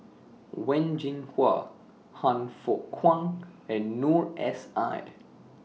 Wen Jinhua Han Fook Kwang and Noor S I